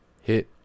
hit